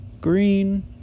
green